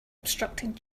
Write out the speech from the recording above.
obstructing